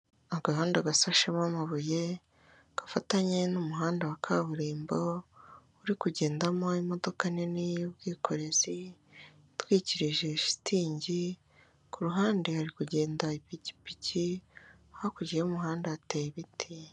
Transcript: Agahanda gasashemo amabuye, gafatanye n'umuhanda wa kaburimbo uri kugendamo imodoka nini y'ubwikorezi, itwikirije shitingi, ku ruhande hari kugenda ipikipiki, hakurya y'umuhanda hateye ibiti.